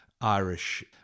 Irish